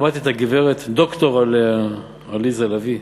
שמעתי את הגברת, ד"ר עליזה לביא.